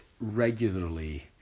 regularly